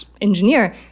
engineer